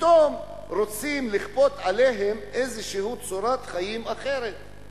ופתאום רוצים לכפות עליהם איזושהי צורת חיים אחרת.